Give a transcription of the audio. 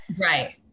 right